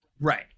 Right